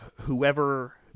whoever